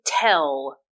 tell